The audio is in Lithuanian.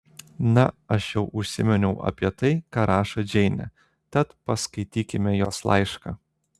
na aš jau užsiminiau apie tai ką rašo džeinė tad paskaitykime jos laišką